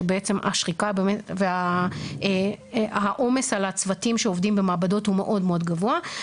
שבעצם השחיקה והעומס על הצוותים שעובדים במעבדות הוא מאוד מאוד גבוה.